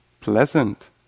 pleasant